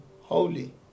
holy